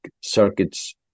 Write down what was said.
circuits